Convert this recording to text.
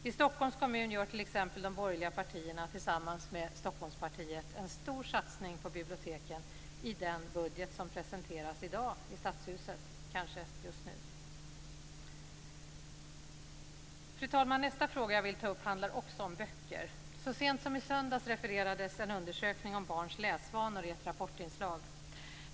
I Stockholms kommun gör t.ex. de borgerliga partierna tillsammans med Stockholmspartiet en stor satsning på biblioteken i den budget som presenteras i dag i Stadshuset. Fru talman! Nästa fråga jag vill ta upp handlar också om böcker. Så sent som i söndags refererades en undersökning om barns läsvanor i ett Rapportinslag.